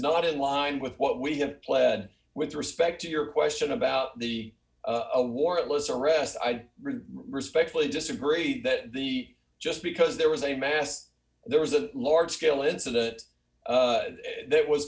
not in line with what we have pled with respect to your question about the a warrantless arrest i respectfully disagree that the just because there was a mass there was a large scale incident that was